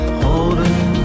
holding